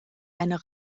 einer